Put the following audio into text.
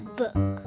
book